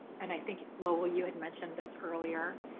and i think lowell, you had mentioned this earlier,